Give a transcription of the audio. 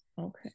Okay